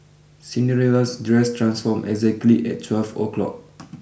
Cinderella's dress transformed exactly at twelve o' clock